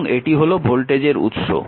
এবং এটি হল ভোল্টেজের উৎস